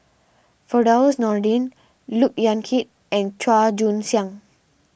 Firdaus Nordin Look Yan Kit and Chua Joon Siang